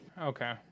Okay